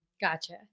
Gotcha